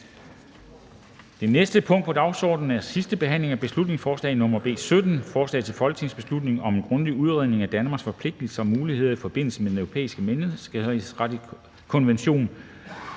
Det næste punkt på dagsordenen er: 16) 2. (sidste) behandling af beslutningsforslag nr. B 17: Forslag til folketingsbeslutning om en grundig udredning af Danmarks forpligtelser og muligheder i forbindelse med Den Europæiske Menneskerettighedskonvention